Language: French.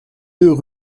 deux